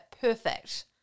perfect